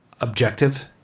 objective